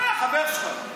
חבר שלך.